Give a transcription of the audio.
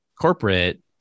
corporate